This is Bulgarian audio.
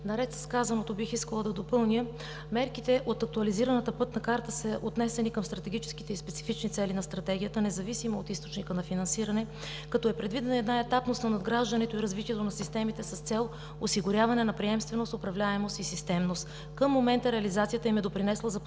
наред с казаното бих искала да допълня, че мерките от актуализираната Пътна карта са отнесени към стратегическите и специфичните цели на Стратегията, независимо от източника на финансиране, като е предвидена етапност на надграждането и развитието на системите с цел осигуряване на приемственост, управляемост и системност. Към момента реализацията им е допринесла за постигане